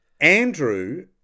Andrew